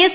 S